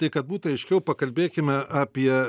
tai kad būtų aiškiau pakalbėkime apie